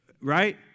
Right